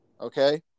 Okay